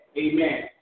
amen